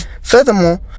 Furthermore